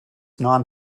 non